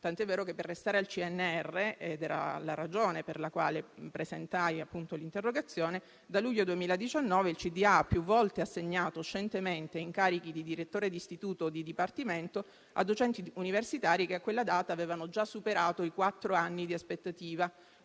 tanto è vero che per restare al CNR - ed era la ragione per la quale presentai l'interrogazione - dal luglio 2019 il consiglio d'amministrazione ha più volte assegnato scientemente incarichi di direttore di istituto o di dipartimento a docenti universitari che a quella data avevano già superato i quattro anni di aspettativa.